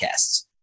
podcasts